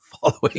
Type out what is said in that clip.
following